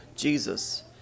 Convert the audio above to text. Jesus